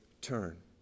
turn